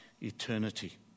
eternity